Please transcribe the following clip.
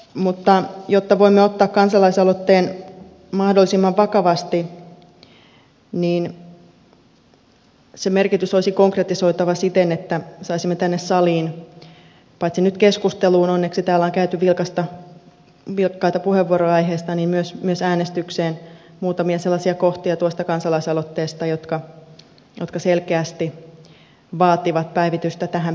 mutta jotta voimme ottaa kansalaisaloitteen mahdollisimman vakavasti niin sen merkitys olisi konkretisoitava siten että saisimme tänne saliin paitsi nyt keskusteluun onneksi täällä on käytetty vilkkaita puheenvuoroja aiheesta myös äänestykseen muutamia sellaisia kohtia tuosta kansalaisaloitteesta jotka selkeästi vaativat päivitystä tähän päivään